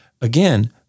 again